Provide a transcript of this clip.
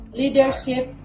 leadership